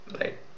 right